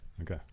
Okay